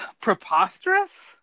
preposterous